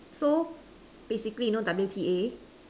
so basically you know W_T_A